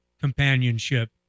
companionship